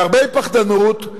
מהרבה פחדנות,